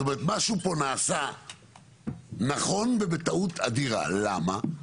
זאת אומרת משהו פה נעשה נכון ובטעות אדירה, למה?